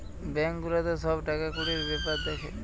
bank গুলাতে সব টাকা কুড়ির বেপার দ্যাখে